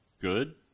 good